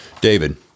David